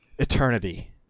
eternity